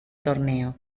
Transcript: torneo